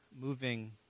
moving